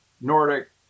Nordic